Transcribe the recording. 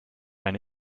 eine